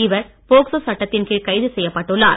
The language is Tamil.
இவர் போக்சோ சட்டத்தின் கீழ் கைது செய்யப்பட்டுள்ளார்